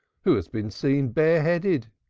who has been seen bareheaded.